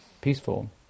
Peaceful